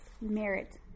merit